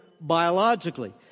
biologically